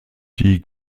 die